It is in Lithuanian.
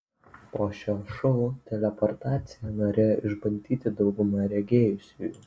po šio šou teleportaciją norėjo išbandyti dauguma regėjusiųjų